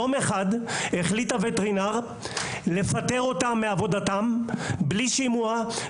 יום אחד החליט הווטרינר לפטר אותם מעבודתם בלי שימוע,